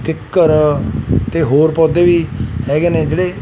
ਕਿੱਕਰ ਅਤੇ ਹੋਰ ਪੌਦੇ ਵੀ ਹੈਗੇ ਨੇ ਜਿਹੜੇ